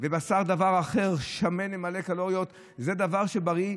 ובשר דבר אחר, שמן ומלא קלוריות, זה דבר בריא.